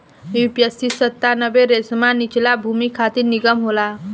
UPC सत्तानबे रेशमा निचला भूमि खातिर निमन होला